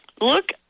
Look